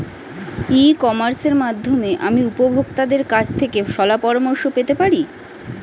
ই কমার্সের মাধ্যমে আমি উপভোগতাদের কাছ থেকে শলাপরামর্শ পেতে পারি?